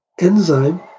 enzyme